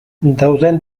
dauden